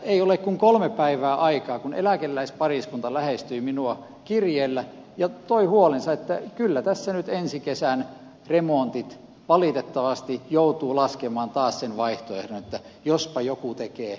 ei ole kuin kolme päivää aikaa siitä kun eläkeläispariskunta lähestyi minua kirjeellä ja toi esiin huolensa että kyllä tässä nyt ensi kesän remonttiin valitettavasti joutuu laskemaan taas sen vaihtoehdon että jospa joku tekee pimeästi